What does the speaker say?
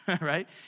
right